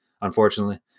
unfortunately